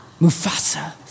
Mufasa